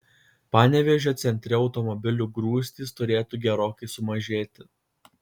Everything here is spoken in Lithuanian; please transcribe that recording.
panevėžio centre automobilių grūstys turėtų gerokai sumažėti